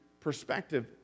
perspective